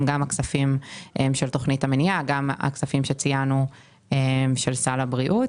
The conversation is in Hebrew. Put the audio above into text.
הכספים של תכנית המניעה והכספים של סל הבריאות.